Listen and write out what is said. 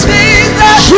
Jesus